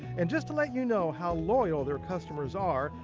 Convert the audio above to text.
and just to let you know how loyal their customers are,